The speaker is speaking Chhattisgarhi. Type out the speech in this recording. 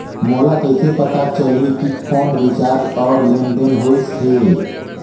मोला कइसे पता चलही की फोन रिचार्ज और लेनदेन होइस हे?